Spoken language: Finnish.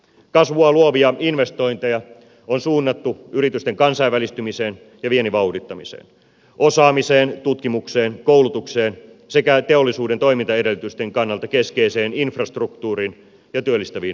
kasvua luovia investointeja on suunnattu yritysten kansainvälistymisen ja viennin vauhdittamiseen osaamiseen tutkimukseen koulutukseen sekä teollisuuden toimintaedellytysten kannalta keskeiseen infrastruktuuriin ja työllistäviin hankkeisiin